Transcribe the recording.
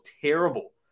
terrible